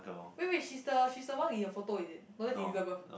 wait wait she's the she's the one in your photo is it no that's Elizabeth